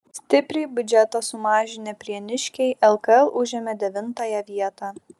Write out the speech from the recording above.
stipriai biudžetą sumažinę prieniškiai lkl užėmė devintąją vietą